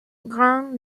grand